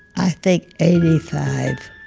i think, eighty-five.